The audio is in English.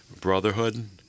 Brotherhood